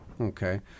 Okay